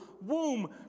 womb